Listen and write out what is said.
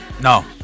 No